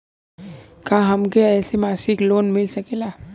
का हमके ऐसे मासिक लोन मिल सकेला?